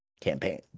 campaign